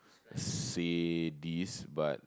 say this but